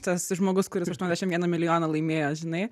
tas žmogus kuris aštuoniasdešim vieną milijoną laimėjo žinai